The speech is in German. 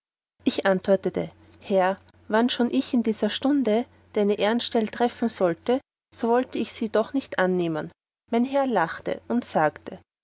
ich antwortete herr wannschon ich in dieser stunde an deine ehrenstell tretten sollte so wollte ich sie doch nicht annehmen mein herr lachte und sagte